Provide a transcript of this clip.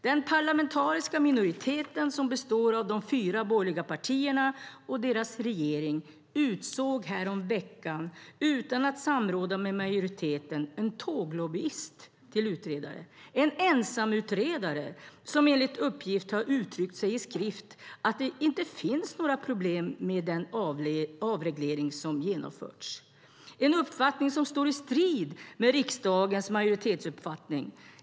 Den parlamentariska minoriteten, som består av de fyra borgerliga partierna och deras regering, utsåg häromveckan, utan att samråda med majoriteten, en tåglobbyist till utredare - en ensamutredare som enligt uppgift har uttryckt i skrift att det inte finns några problem med den avreglering som genomförts. Det är en uppfattning som står i strid med riksdagens majoritetsuppfattning.